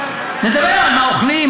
נדבר על מה אוכלים,